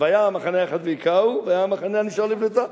"המחנה האחת והכהו, והיה המחנה הנשאר לפליטה".